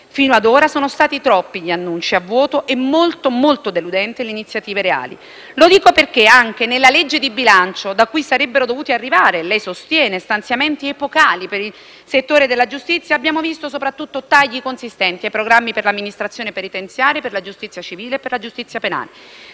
Fino ad ora sono stati troppi gli annunci a vuoto e molto, molto deludenti le iniziative reali. Lo dico perché anche nella legge di bilancio, da cui sarebbero dovuti arrivare - lei sostiene - stanziamenti epocali per il settore della giustizia, abbiamo visto soprattutto tagli consistenti ai programmi per l'amministrazione penitenziaria, per la giustizia civile e per la giustizia penale,